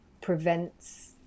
prevents